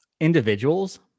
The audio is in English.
individuals